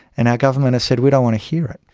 and our government has said we don't want to hear it.